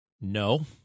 No